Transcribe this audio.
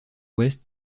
ouest